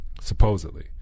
supposedly